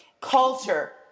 Culture